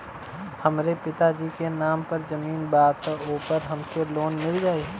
हमरे पिता जी के नाम पर जमीन बा त ओपर हमके लोन मिल जाई?